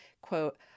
quote